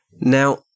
Now